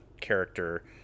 character